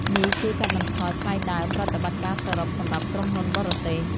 នេះជួយកាត់បន្ថយថ្លៃដើមប្រតិបត្តិការសរុបសម្រាប់ក្រុមហ៊ុនបរទេស។